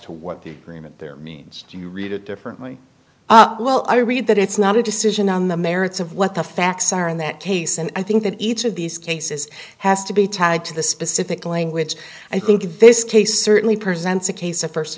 to what the remit there means you read it differently well i read that it's not a decision on the merits of what the facts are in that case and i think that each of these cases has to be tied to the specific language i think in this case certainly present a case of first